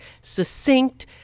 succinct